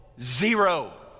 Zero